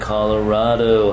Colorado